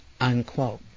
unquote